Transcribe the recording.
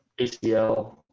ACL